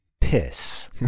Piss